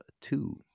two